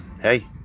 hey